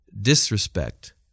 disrespect